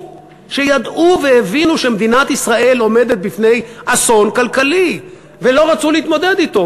שידעו והבינו שמדינת ישראל עומדת בפני אסון כלכלי ולא רצו להתמודד אתו,